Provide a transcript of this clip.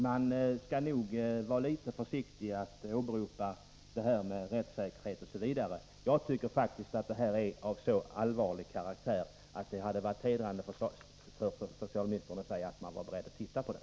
Man skall nog vara litet försiktig med att åberopa rättssäkerhet osv. Jag tycker att detta ärende är av så allvarlig karaktär att det hade varit hedrande för socialministern om han hade sagt att regeringen var beredd att titta på det.